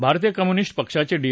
भारतीय कम्युनिस्ट पक्षाचे डी